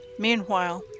Meanwhile